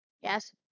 Yes